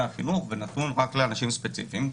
החינוך והוא נתון רק לאנשים ספציפיים,